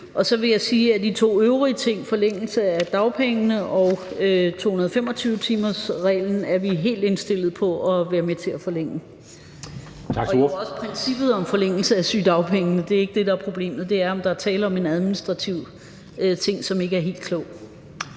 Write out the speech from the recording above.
Så vil jeg sige, at de to øvrige ting, forlængelse af dagpengene og suspension af 225-timersreglen, er vi helt indstillet på at være med til – og jo også princippet om forlængelse af sygedagpengene; det er ikke det, der er problemet. Det er, om der er tale om en administrativ ting, som ikke er helt klog.